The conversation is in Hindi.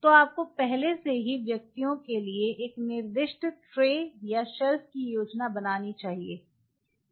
तो आपको पहले से ही व्यक्तियों के लिए एक निर्दिष्ट ट्रे या शेल्फ की योजना बनानी चाहिए